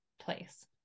place